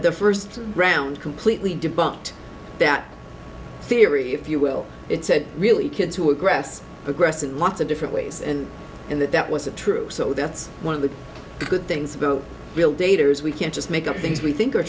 the first round completely debunked that theory if you will it said really kids who aggress progress in lots of different ways and and that that was a true so that's one of the good things about real data is we can't just make up things we think are